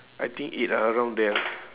I think eight ah around there